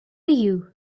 you